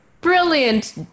brilliant